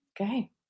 Okay